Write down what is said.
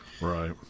Right